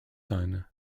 son